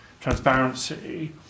transparency